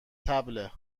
طبله